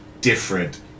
different